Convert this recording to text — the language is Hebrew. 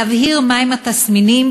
להבהיר מה הם התסמינים,